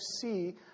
see